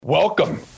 Welcome